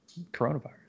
coronavirus